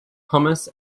hummus